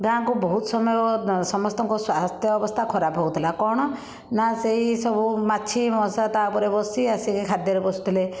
ଗାଁକୁ ବହୁତ ସମୟ ସମସ୍ତଙ୍କ ସ୍ଵାସ୍ଥ୍ୟ ଅବସ୍ଥା ଖରାପ ହେଉଥିଲା କ'ଣ ନା ସେହି ସବୁ ମାଛି ମଶା ତା' ଉପରେ ବସି ଆସିକି ଖାଦ୍ୟରେ ବସୁଥିଲେ